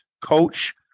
coach